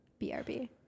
BRB